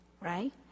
right